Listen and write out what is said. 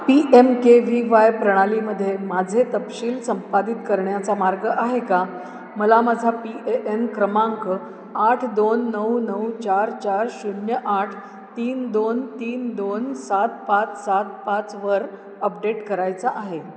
P M K V Y प्रणालीमध्ये माझे तपशील संपादित करण्याचा मार्ग आहे का मला माझा पी ए एन क्रमांक आठ दोन नऊ नऊ चार चार शून्य आठ तीन दोन तीन दोन सात पाच सात पाचवर अपडेट करायचा आहे